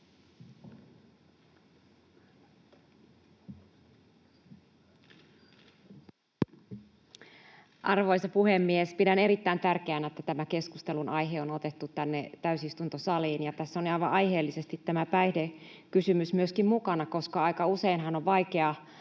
Arvoisa puhemies! Pidän erittäin tärkeänä, että tämä keskustelunaihe on otettu tänne täysistuntosaliin, ja tässä on aivan aiheellisesti tämä päihdekysymys myöskin mukana, koska aika useinhan on vaikea